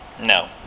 No